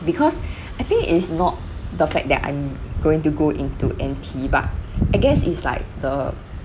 because I think it's not the fact that I'm going to go into NT but I guess it's like the